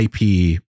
IP